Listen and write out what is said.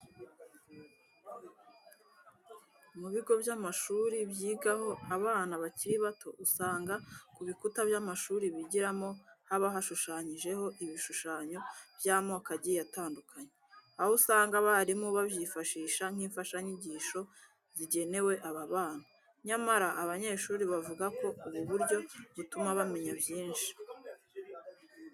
Mu bigo by'amashuri byigaho abana bakiri bato usanga ku bikuta by'amashuri bigiramo haba hashushanyijeho ibishushanyo by'amoko agiye atandukanye, aho usanga abarimu babyifashisha nk'imfashanyigisho zigenewe aba bana. Nyamara abanyeshuri bavuga ko ubu buryo butuma bamenya byinshi.